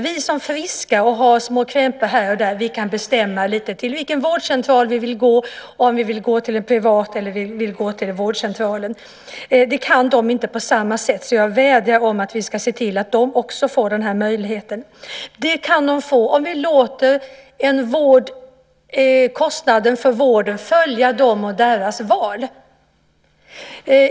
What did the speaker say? Vi som är friska och har små krämpor här och där kan bestämma till vilken vårdcentral vi vill gå eller om vi ska vända oss till en privatläkare, men det kan de inte göra på samma sätt. Jag vädjar om att vi ska se till att också de får den här möjligheten. Det kan de få om vi låter kostnaden för vården följa dem och deras val.